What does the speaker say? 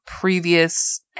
previous